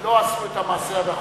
לא עשו את המעשה הנכון,